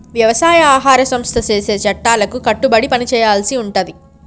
వ్యవసాయ ఆహార సంస్థ చేసే చట్టాలకు కట్టుబడి పని చేయాల్సి ఉంటది